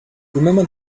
remember